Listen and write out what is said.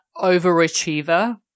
overachiever